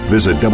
Visit